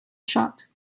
shot